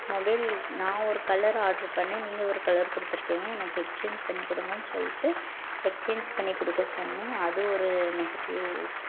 mobile நான் ஒரு colour order பண்ணேன் நீங்கள் ஒரு கலர் கொடுத்துருக்கீங்க எனக்கு எக்சேஞ்ச் பண்ணிக்கொடுங்க சொல்லிட்டு எக்சேஞ்ச் பண்ணி கொடுக்க சொன்னேன் அது ஒரு நெகடிவ்